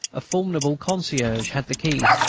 a formidable concierge had the keys,